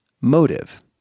motive